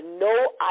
no